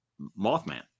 mothman